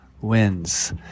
wins